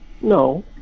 No